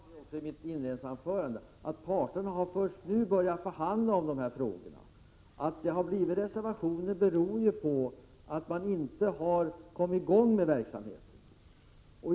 Herr talman! Jag sade i mitt inledningsanförande att parterna först nu har börjat förhandla om dessa frågor. Att det har blivit en reservation beror på att verksamheten inte har kommit i gång.